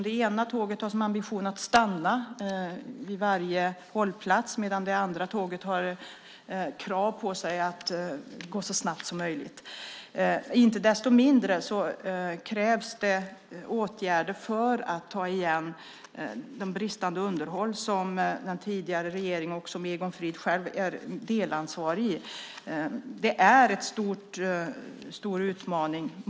Det ena tåget har som ambition att stanna vid varje hållplats, medan det andra tåget har krav på sig att gå så snabbt som möjligt. Inte desto mindre krävs det åtgärder för att ta igen det bristande underhåll som den tidigare regeringen och Egon Frid själv är delansvarig för. Det är en stor utmaning.